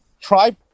try